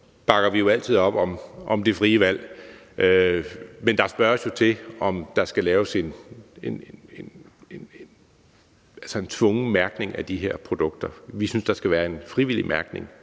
bakker vi altid op om det frie valg, men der spørges jo til, om der skal laves en tvungen mærkning af de her produkter. Vi synes, der skal være en frivillig mærkning,